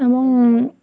এবং